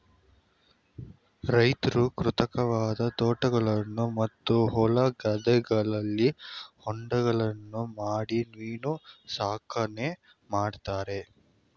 ರೈತ್ರು ಕೃತಕವಾದ ತೊಟ್ಟಿಗಳನ್ನು ಮತ್ತು ಹೊಲ ಗದ್ದೆಗಳಲ್ಲಿ ಹೊಂಡಗಳನ್ನು ಮಾಡಿ ಮೀನು ಸಾಕಣೆ ಮಾಡ್ತರೆ